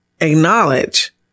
acknowledge